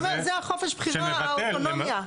זאת אומרת, זה חופש הבחירה, האוטונומיה.